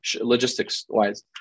logistics-wise